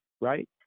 right